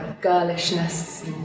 girlishness